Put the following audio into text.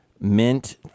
Mint